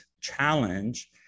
challenge